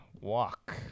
walk